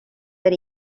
that